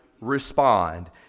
respond